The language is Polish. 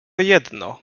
jedno